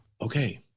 Okay